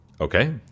Okay